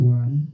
one